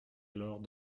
alors